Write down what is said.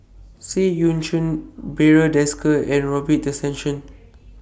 Seah EU Chin Barry Desker and Robin Tessensohn